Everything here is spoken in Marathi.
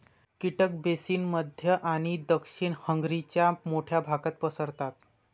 कीटक बेसिन मध्य आणि दक्षिण हंगेरीच्या मोठ्या भागात पसरतात